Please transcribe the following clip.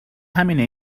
همینه